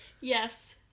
Yes